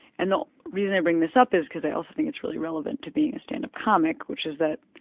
and the reason i bring this up is because i also think it's really relevant to being a stand-up comic, which is that